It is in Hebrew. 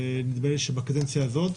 ונדמה לי שבקדנציה הזאת,